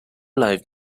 live